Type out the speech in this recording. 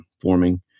forming